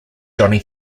johnny